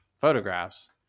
photographs